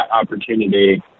opportunity